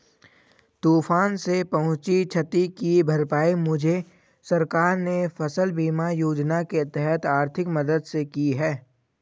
तूफान से पहुंची क्षति की भरपाई मुझे सरकार ने फसल बीमा योजना के तहत आर्थिक मदद से की है